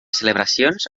celebracions